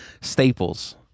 staples